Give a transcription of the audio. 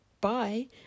bye